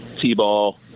t-ball